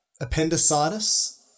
Appendicitis